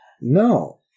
No